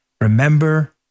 Remember